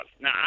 Now